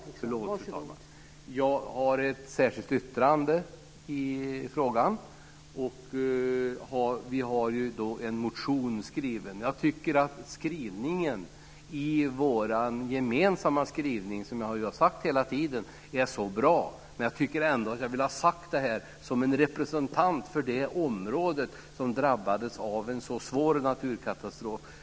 Fru talman! Jag har ett särskilt yttrande i frågan. Vi har väckt en motion. Jag tycker att den gemensamma skrivningen är bra. Jag vill ha detta sagt i min egenskap av representant för det område som har drabbats av en så svår naturkatastrof.